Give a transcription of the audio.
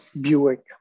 Buick